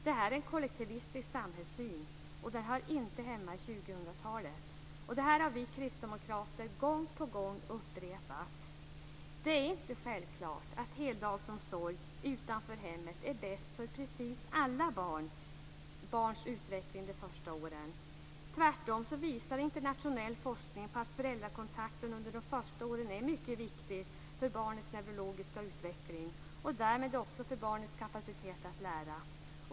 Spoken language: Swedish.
Det här är en kollektivistisk samhällssyn, och den hör inte hemma i 2000-talet. Detta har vi kristdemokrater gång på gång upprepat. Det är inte självklart att heldagsomsorg utanför hemmet är bäst för precis alla barns utveckling de första åren. Tvärtom visar internationell forskning på att föräldrakontakten under de första åren är mycket viktig för barnets neurologiska utveckling och därmed också för barnets kapacitet att lära.